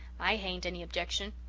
i hain't any objection.